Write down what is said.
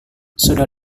sudah